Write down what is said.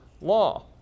law